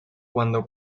cuando